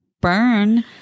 Burn